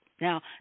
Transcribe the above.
Now